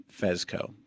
Fezco